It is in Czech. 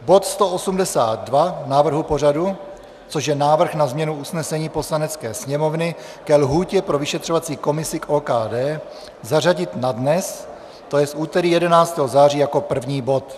Bod 182 návrhu pořadu, což je návrh na změnu usnesení Poslanecké sněmovny ke lhůtě pro vyšetřovací komisi k OKD, zařadit na dnes, to jest úterý 11. září, jako první bod.